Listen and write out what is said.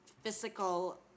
physical